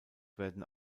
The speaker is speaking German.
werden